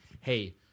hey